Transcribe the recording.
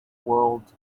world